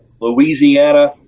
Louisiana